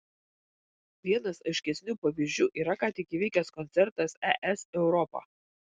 vienas aiškesnių pavyzdžių yra ką tik įvykęs koncertas es europa